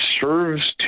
serves